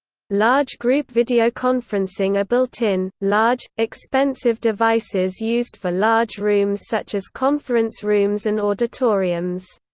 large group videoconferencing are built-in, large, expensive devices used for large rooms such as conference rooms and auditoriums.